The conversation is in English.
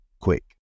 quick